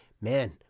Man